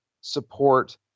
support